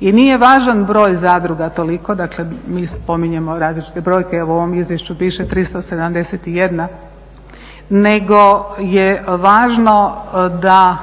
I nije važan broj zadruga toliko, dakle mi spominjemo različite brojke, evo u ovom izvješću piše 371 nego je važno da